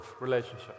relationship